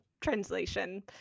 translation